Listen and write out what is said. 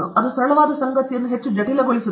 ಅದು ಸರಳವಾದ ಸಂಗತಿಯನ್ನು ಹೆಚ್ಚು ಜಟಿಲಗೊಳಿಸುತ್ತದೆ